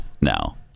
now